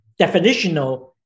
definitional